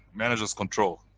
managers control.